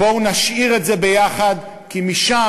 בואו נשאיר את זה ביחד, כי משם,